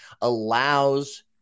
allows